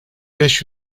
beş